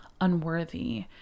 Unworthy